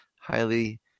highly